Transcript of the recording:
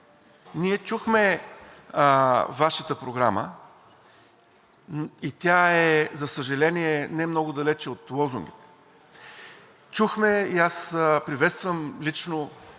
Ние чухме Вашата програма, и тя е, за съжаление, немного далече от лозунгите. Чухме, и аз приветствам лично